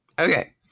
Okay